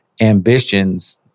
ambitions